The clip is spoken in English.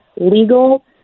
legal